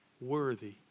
worthy